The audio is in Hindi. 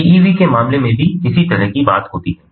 पीईवी के मामले में भी इसी तरह की बात होती है